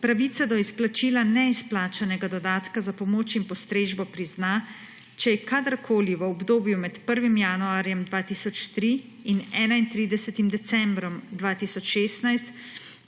pravice do izplačila neizplačanega dodatka za pomoč in postrežbo prizna, če je kadarkoli v obdobju med 1. januarjem 2003 in 31. decembrom 2016